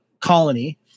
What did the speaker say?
colony